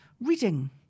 reading